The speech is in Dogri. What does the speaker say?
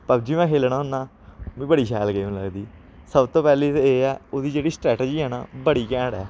पबजी में खेलना होन्ना ओह् बड़ी शैल गेम लगदी सब तो पैह्ली ते एह् ऐ ओह्दी जेह्ड़ी स्ट्रैटरजी ऐ ना ओह् बड़ी कैंट ऐ